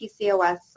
PCOS